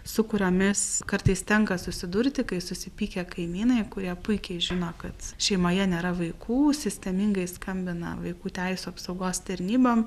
su kuriomis kartais tenka susidurti kai susipykę kaimynai kurie puikiai žino kad šeimoje nėra vaikų sistemingai skambina vaikų teisių apsaugos tarnybom